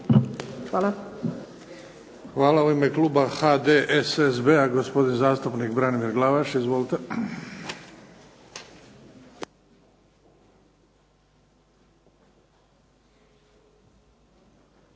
Hvala. U ime kluba HDSSB-a gospodin zastupnik Branimir Glavaš. Izvolite.